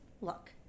Look